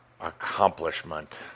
accomplishment